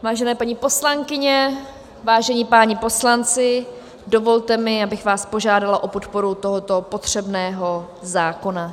Vážené paní poslankyně, vážení páni poslanci, dovolte mi, abych vás požádala o podporu tohoto potřebného zákona.